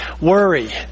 worry